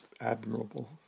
admirable